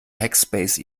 hackspace